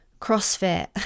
CrossFit